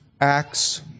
Acts